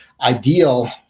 ideal